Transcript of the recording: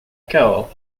cahors